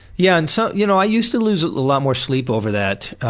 yeah. and so you know i used to lose a lot more sleep over that,